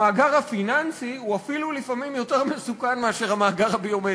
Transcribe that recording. המאגר הפיננסי הוא אפילו לפעמים יותר מסוכן מאשר המאגר הביומטרי.